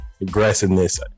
aggressiveness